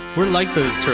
we're like those